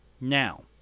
Now